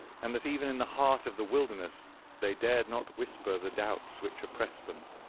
and that even in the heart of the wilderness they dared not whisper the doubts which oppressed them.